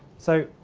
so,